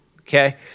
okay